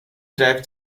drive